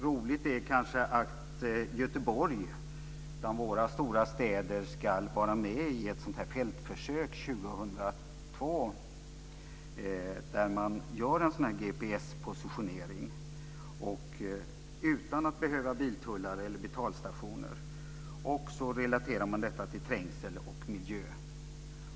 Roligt är kanske att Göteborg bland våra stora städer ska vara med i ett fältförsök 2002, där man gör en sådan här GPS-positionering utan att behöva biltullar eller betalstationer. Man relaterar detta till trängsel och miljö.